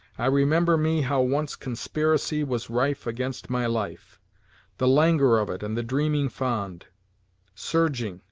i remember me how once conspiracy was rife against my life the languor of it and the dreaming fond surging,